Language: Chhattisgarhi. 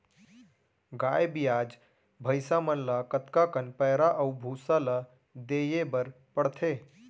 गाय ब्याज भैसा मन ल कतका कन पैरा अऊ भूसा ल देये बर पढ़थे?